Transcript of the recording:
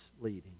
leading